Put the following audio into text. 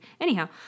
Anyhow